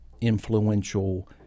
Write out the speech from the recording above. influential